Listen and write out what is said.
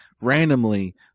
randomly